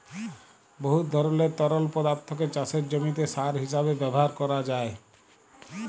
বহুত ধরলের তরল পদাথ্থকে চাষের জমিতে সার হিঁসাবে ব্যাভার ক্যরা যায়